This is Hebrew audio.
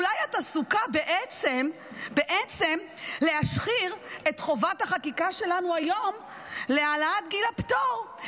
אולי את עסוקה בעצם בלהשחיר את חובת החקיקה שלנו היום להעלאת גיל הפטור,